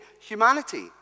humanity